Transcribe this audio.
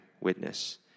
witness